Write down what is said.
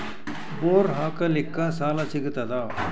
Bore ಹಾಕಲಿಕ್ಕ ಸಾಲ ಸಿಗತದ?